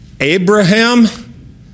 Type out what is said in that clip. Abraham